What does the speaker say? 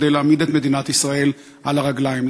כדי להעמיד את מדינת ישראל על הרגליים.